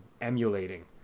emulating